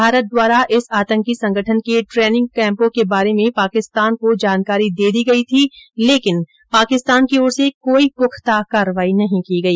भारत द्वारा इस आतंकी संगठन के ट्रेनिंग कैम्पों के बारे में पाकिस्तान को जानकारी दे दी गई थी लेकिन पाकिस्तान की ओर से कोई पुख्ता कार्रवाई नहीं की गई